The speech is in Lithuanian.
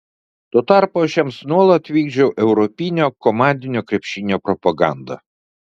tuo tarpu aš jiems nuolat vykdžiau europinio komandinio krepšinio propagandą